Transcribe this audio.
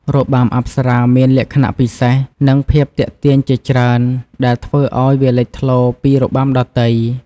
របាំអប្សរាមានលក្ខណៈពិសេស និងភាពទាក់ទាញជាច្រើន ដែលធ្វើឱ្យវាលេចធ្លោពីរបាំដទៃ។